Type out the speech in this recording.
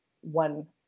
one